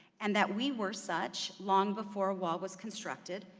and that we were such long before a wall was constructed.